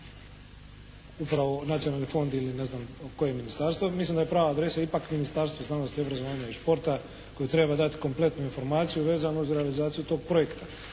upravo nacionalni fond ili ne znam koje ministarstvo. Mislim da je prava adresa ipak Ministarstvo znanosti, obrazovanja i športa koje treba dati kompletnu informaciju vezano uz realizaciju tog projekta.